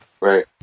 Right